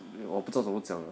then 我不知道怎么讲